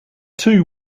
two